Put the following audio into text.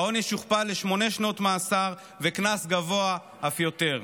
העונש יוכפל לשמונה שנות מאסר וקנס גבוה אף יותר.